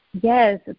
Yes